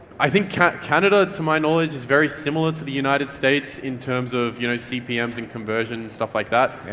i think canada to my knowledge is very similar to the united states in terms of you know cpms and conversion and stuff like that,